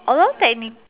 old technique